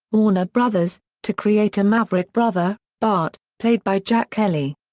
warner brothers, to create a maverick brother, bart, played by jack kelly.